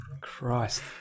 Christ